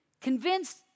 convinced